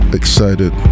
excited